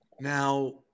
Now